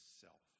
self